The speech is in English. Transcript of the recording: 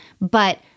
but-